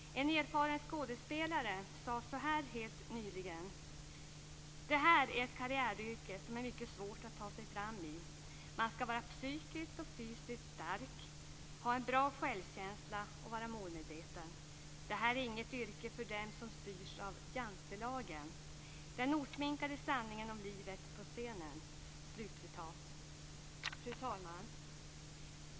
En erfaren skådespelare sade så här helt nyligen: "Det här är ett karriäryrke som är mycket svårt att ta sig fram i. Man skall vara psykiskt och fysiskt stark, ha bra självkänsla och vara målmedveten. Det här är inget yrke för dem som styrs av Jantelagen. Den osminkade sanningen om livet på scenen." Fru talman!